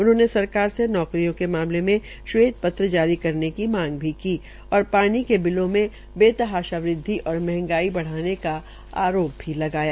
उन्होंने सरकार से नौकरियों के मामले मे श्वेत पत्रजारी करने की मांग भी की और पानी के बिलों में बेहताशाह वृद्वि और महंगाई बढ़ाने का आरोप भी लगाया